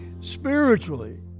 spiritually